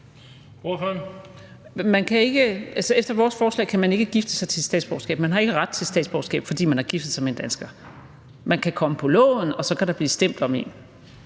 Efter vores forslag kan man ikke gifte sig til et statsborgerskab. Man har ikke ret til statsborgerskab, fordi man har giftet sig med en dansker. Man kan komme på loven, og så kan der blive stemt om en.